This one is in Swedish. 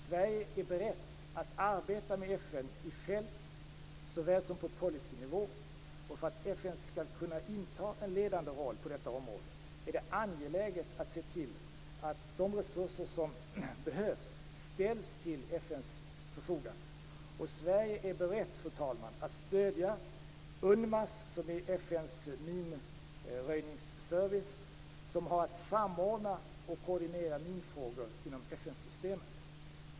Sverige är berett att arbeta med FN i fält såväl som på policynivå. För att FN skall kunna inta en ledande roll på detta område är det angeläget att se till att de resurser som behövs ställs till FN:s förfogande. Sverige är berett att stödja UNMAS - som är FN:s minröjningsservice - som har att samordna och koordinera minfrågor inom FN-systemet.